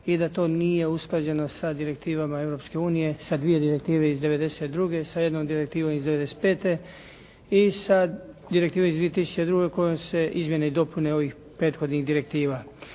i da to nije usklađeno sa direktivama Europske unije, sa dvije direktive iz '92., sa jednom direktivom iz '95. i sa direktivom iz 2002. kojom se izmjene i dopune ovih prethodnih direktiva.